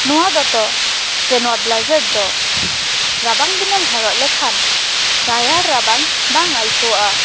ᱱᱚᱣᱟ ᱫᱚᱛᱚ ᱥᱮ ᱱᱚᱣᱟ ᱵᱮᱞᱟᱡᱟᱨ ᱫᱚ ᱨᱟᱵᱟᱝ ᱫᱤᱱ ᱮᱢ ᱦᱚᱨᱚᱜ ᱞᱮᱠᱷᱟᱱ ᱨᱟᱭᱟᱲ ᱨᱟᱵᱟᱝ ᱵᱟᱝ ᱟᱹᱭᱠᱟᱹᱣᱜᱼᱟ